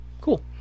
cool